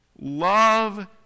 Love